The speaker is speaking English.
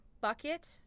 bucket